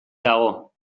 dago